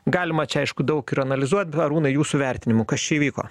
galima čia aišku daug ir analizuot arūnai jūsų vertinimu kas čia įvyko